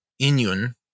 Inyun